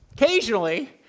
occasionally